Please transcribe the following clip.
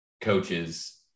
coaches